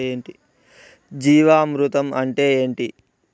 జీవామృతం అంటే ఏంటి?